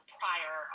prior